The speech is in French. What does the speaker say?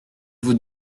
vous